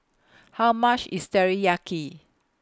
How much IS Teriyaki